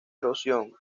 erosión